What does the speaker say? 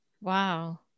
wow